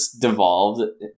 devolved